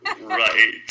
Right